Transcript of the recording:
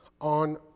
on